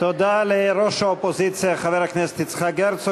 תודה לראש האופוזיציה חבר הכנסת יצחק הרצוג.